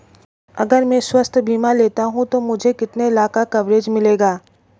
अगर मैं स्वास्थ्य बीमा लेता हूं तो मुझे कितने लाख का कवरेज मिलेगा?